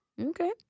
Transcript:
Okay